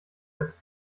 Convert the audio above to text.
als